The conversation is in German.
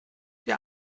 dir